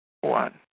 One